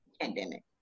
pandemic